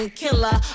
killer